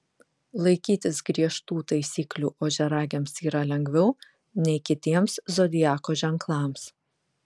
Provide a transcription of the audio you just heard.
laikytis griežtų taisyklių ožiaragiams yra lengviau nei kitiems zodiako ženklams